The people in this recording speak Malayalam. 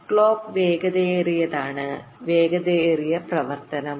ക്ലോക്ക് വേഗതയേറിയതാണ് വേഗതയേറിയ പ്രവർത്തനം